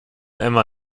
emma